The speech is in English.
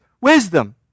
wisdom